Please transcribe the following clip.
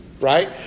Right